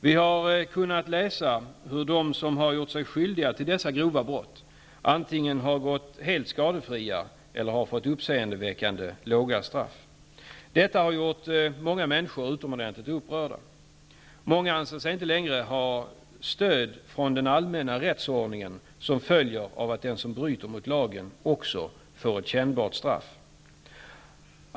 Vi har kunnat läsa hur de som har gjort sig skyldiga till dessa grova brott antingen har gått helt straffria eller har fått uppseendeväckande låga straff. Detta har gjort många människor utomordentligt upprörda. Många anser sig inte längre ha stöd från den allmänna rättsordningen, som följer av att den som bryter mot lagen också får ett kännbart straff.